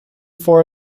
four